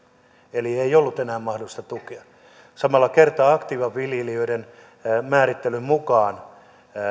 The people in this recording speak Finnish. eli ei ollut enää mahdollista tukea samalla kertaa aktiiviviljelijöiden määrittelyn mukaan